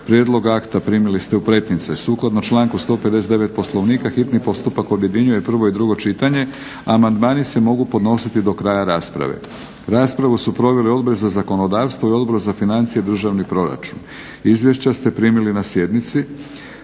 Prijedlog akta primili ste u pretince. Sukladno članku 159. Poslovnika hitni postupak objedinjuje prvo i drugo čitanje, a amandmani se mogu podnositi do kraja rasprave. Raspravu su proveli Odbor za zakonodavstvo i Odbor za financije i državni proračun. Izvješća ste primili na sjednici.